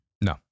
No